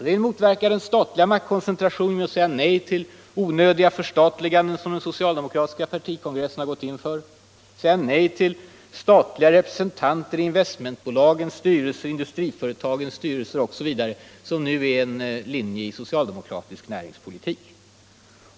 Vi vill motverka den statliga maktkoncentrationen genom att säga nej till onödiga förstatliganden — av det slag som den socialdemokratiska partikongressen gått in för — och genom att säga nej till statliga representanter i investmentbolagens och industriföretagens styrelser osv., vilket nu är den socialdemokratiska näringspolitiken.